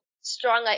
stronger